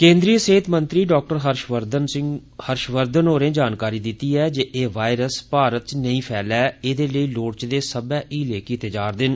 केन्द्री सेहत मंत्री डाक्टर हर्ष वर्धन होरें जानकारी दिती ऐ जे एह वायरस भारत च नेई फैलै एहदे लेई लोड़चदे सब्बै हीले कीते जारदे न